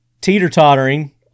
teeter-tottering